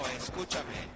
escúchame